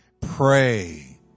Pray